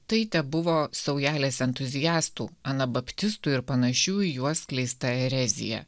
tai tebuvo saujelės entuziastų anabaptistų ir panašių į juos skleista erezija